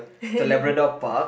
to Labrador-Park